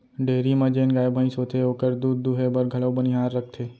dairy म जेन गाय भईंस होथे ओकर दूद दुहे बर घलौ बनिहार रखथें